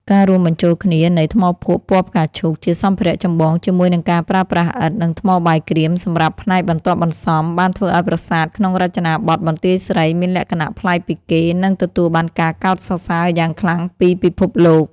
ការរួមបញ្ចូលគ្នានៃ ថ្មភក់ពណ៌ផ្កាឈូក ជាសម្ភារៈចម្បងជាមួយនឹងការប្រើប្រាស់ឥដ្ឋ និងថ្មបាយក្រៀមសម្រាប់ផ្នែកបន្ទាប់បន្សំ បានធ្វើឱ្យប្រាសាទក្នុងរចនាបថបន្ទាយស្រីមានលក្ខណៈប្លែកពីគេ និងទទួលបានការកោតសរសើរយ៉ាងខ្លាំងពីពិភពលោក។